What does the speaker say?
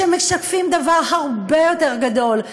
שמשקפים דבר הרבה יותר גדול,